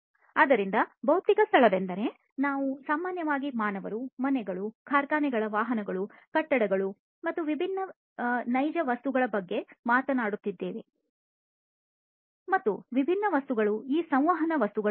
ಆದ್ದರಿಂದ ಭೌತಿಕ ಸ್ಥಳವೆಂದರೆ ನಾವು ಸಾಮಾನ್ಯವಾಗಿ ಮಾನವರು ಮನೆಗಳು ಕಾರ್ಖಾನೆಗಳ ವಾಹನಗಳು ಕಟ್ಟಡಗಳು ವಿಭಿನ್ನ ವಸ್ತುಗಳು ಸಂವಹನ ವಸ್ತುಗಳು ಮುಂತಾದ ವಿಭಿನ್ನ ನೈಜ ವಸ್ತುಗಳ ಬಗ್ಗೆ ಮಾತನಾಡುತ್ತಿದ್ದೇವೆ